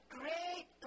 great